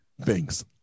Thanks